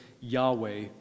Yahweh